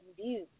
views